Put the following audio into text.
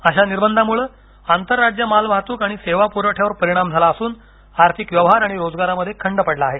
अशा निर्बंधांमुळे आंतर राज्य माल वाहतुक आणि सेवा पुरवठ्यावर परिणाम झाला असून आर्थिक व्यवहार आणि रोजगारामध्ये खंड पडला आहे